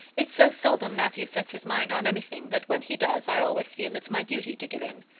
it's so seldom matthew sets his mind on anything that when he does i always feel it's my duty to give in.